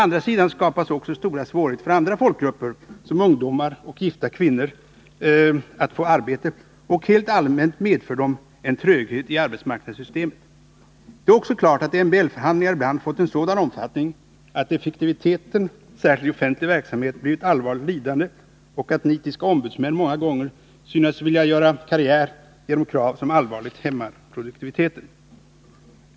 Emellertid skapas också stora svårigheter för andra folkgrupper, som ungdomar och gifta kvinnor, när det gäller att få arbete, och helt allmänt medför de en tröghet i arbetsmarknadssystemet. Det är också klart att MBL-förhandlingar ibland fått en sådan omfattning att effektiviteten, särskilt i offentlig verksamhet, blivit allvarligt lidande och att nitiska ombudsmän många gånger synts vilja göra karriär genom krav som allvarligt hämmar produktiviteten.